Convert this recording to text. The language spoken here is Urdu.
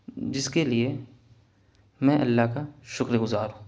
جس کے لیے میں اللہ کا شکر گزار ہوں